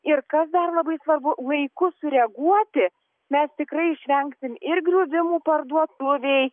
ir kas dar labai svarbu laiku sureaguoti mes tikrai išvengsim ir griuvimų parduotuvėj